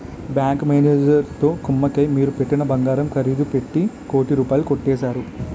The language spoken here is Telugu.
బ్యాంకు మేనేజరుతో కుమ్మక్కై మీరు పెట్టిన బంగారం ఖరీదు పెట్టి కోటి రూపాయలు కొట్టేశారు